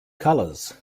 colours